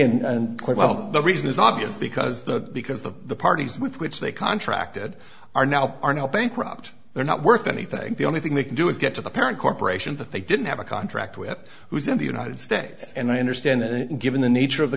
and the reason is obvious because the because the parties with which they contracted are now are now bankrupt they're not worth anything the only thing they can do is get to the parent corporation that they didn't have a contract with who is in the united states and i understand that and given the nature